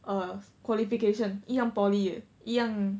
err qualification 一样 poly leh 一样